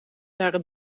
daar